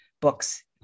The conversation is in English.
books